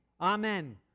Amen